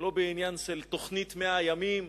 לא בעניין של תוכנית 100 הימים,